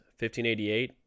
1588